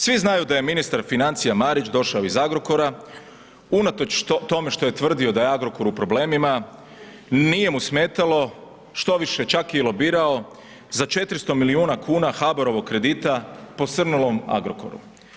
Svi znaju da je ministar financija Marić došao iz Agrokora, unatoč tome što je tvrdio da je Agrokor u problemima, nije mu smetalo, štoviše, čak je i lobirao, za 400 milijuna kuna HBOR-ovog kredita posrnulom Agrokoru.